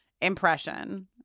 impression